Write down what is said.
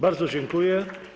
Bardzo dziękuję.